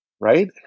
Right